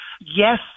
yes